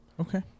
Okay